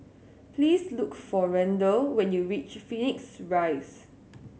please look for Randel when you reach Phoenix Rise